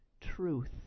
truth